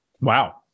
Wow